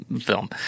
film